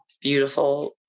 beautiful